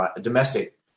domestic